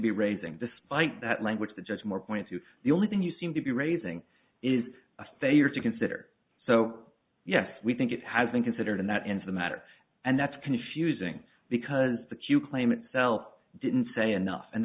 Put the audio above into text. be raising despite that language that just more points to the only thing you seem to be raising is a failure to consider so yes we think it has been considered and that ends the matter and that's confusing because the q claim itself didn't say enough and